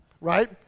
right